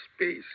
space